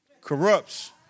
corrupts